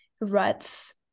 ruts